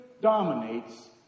dominates